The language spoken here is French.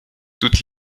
toutes